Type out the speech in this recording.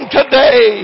today